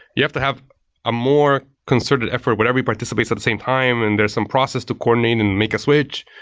you have to have a more concerted effort when everybody participates at the same time and there's some process to coordinate and make a switch.